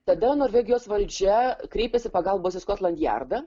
tada norvegijos valdžia kreipėsi pagalbos kad skotlandjardą